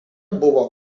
buvo